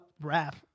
rap